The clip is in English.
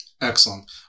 Excellent